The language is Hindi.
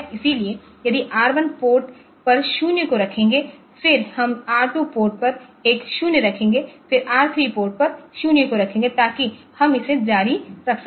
इसलिए यदि R 1 पोर्ट पर 0 को रखेंगे फिर हम R 2 पोर्ट पर एक 0 रखेंगे फिर R 3 पोर्ट पर 0 को रखें ताकि हम इसे जारी रख सकें